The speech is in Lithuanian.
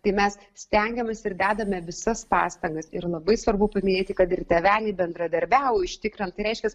tai mes stengiamės ir dedame visas pastangas ir labai svarbu paminėti kad ir tėveliai bendradarbiauja užtikrinant tai reiškias